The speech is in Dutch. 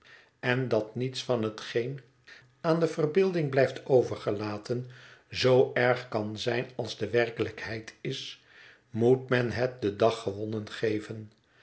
en dat niets van hetgeen aan de verbeelding blijft overgelaten zoo erg kan zijn als de werkelijkheid is moet men het den dag gewonnen geven